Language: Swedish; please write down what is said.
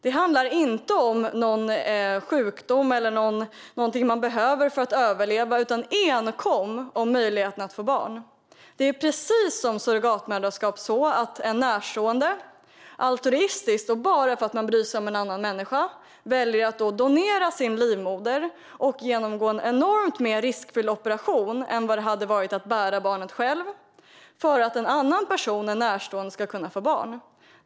Det handlar inte om en sjukdom eller något man behöver för att överleva utan enkom om möjligheten att få barn. Här väljer en närstående altruistiskt och bara för att hon bryr sig om en annan människa att donera sin livmoder och genomgå en operation som är mycket mer riskfylld än att bära barnet själv för att en annan person ska kunna få barn.